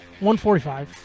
145